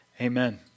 Amen